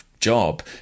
job